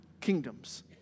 kingdoms